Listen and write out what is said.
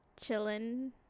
chilling